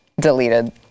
deleted